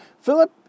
Philip